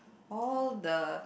all the